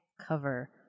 cover